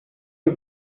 you